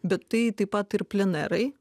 bet tai taip pat ir plenerai